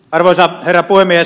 arvoisa herra puhemies